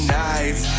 nights